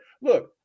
look